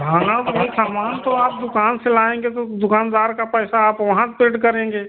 हाँ हाँ तो भाई सामान तो आप दुकान से लाएँगे तो दुकानदार का पैसा आप वहाँ पेड करेंगे